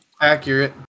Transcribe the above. Accurate